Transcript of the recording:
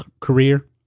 career